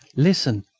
listen,